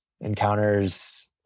encounters